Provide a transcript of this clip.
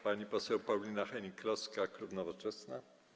Pani poseł Paulina Hennig-Kloska, klub Nowoczesna.